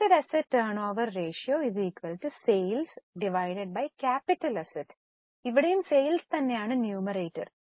fixed asset turnover ratio sales capital asset ഇവിടെയും sales തന്നെ ആണ് ന്യുമറേറ്റർ